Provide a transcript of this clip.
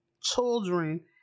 children